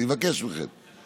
אני מבקש מכם.